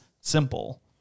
simple